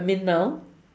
I mean now